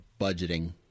budgeting